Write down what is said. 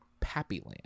Pappyland